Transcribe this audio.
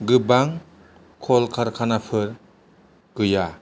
गोबां कलखारखानाफोर गैया